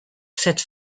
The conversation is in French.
cette